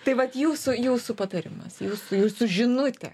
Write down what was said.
tai vat jūsų jūsų patarimas jūsų jūsų žinutė